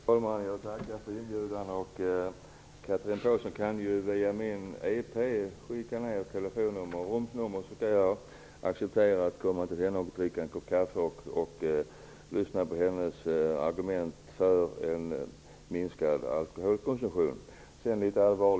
Fru talman! Jag tackar för inbjudan. Om Chatrine Pålsson via elektroniska posten talar om vad hon har för telefonnummer och rumsnummer skall jag acceptera att komma till henne för att dricka en kopp kaffe och lyssna på hennes argument för en minskad alkoholkonsumtion. Så litet allvar.